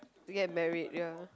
get married ya